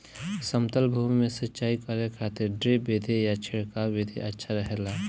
समतल भूमि में सिंचाई करे खातिर ड्रिप विधि या छिड़काव विधि अच्छा रहेला?